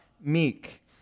meek